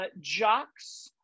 jocks